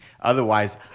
Otherwise